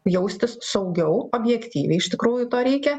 jaustis saugiau objektyviai iš tikrųjų to reikia